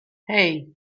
hei